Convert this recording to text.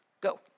Go